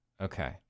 okay